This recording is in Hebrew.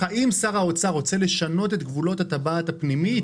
משתמשים בחברה ממשלתית קיימת.